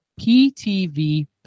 PTV